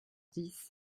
dix